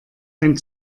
ein